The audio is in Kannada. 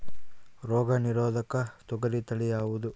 ರೋಗ ನಿರೋಧಕ ತೊಗರಿ ತಳಿ ಯಾವುದು?